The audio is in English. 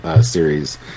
series